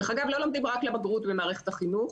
דרך אגב, לא לומדים רק לבגרות במערכת החינוך.